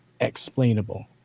explainable